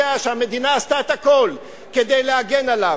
שהמדינה עשתה את הכול כדי להגן עליו,